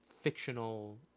fictional